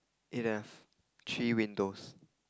it have three windows